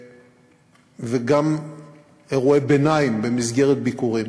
וגם אירועי ביניים במסגרת ביקורים.